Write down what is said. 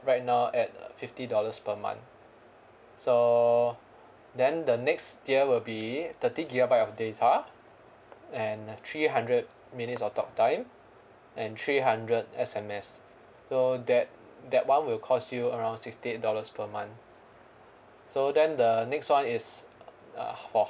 right now at fifty dollars per month so then the next tier will be thirty gigabyte of data and three hundred minutes of talk time and three hundred S_M_S so that that [one] will cost you around sixty eight dollars per month so then the next one is uh for